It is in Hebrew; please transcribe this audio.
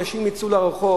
אנשים יצאו לרחוב,